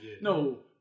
No